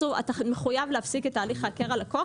אתה מחויב להפסיק את הליך "הכר את הלקוח".